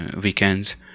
weekends